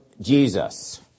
Jesus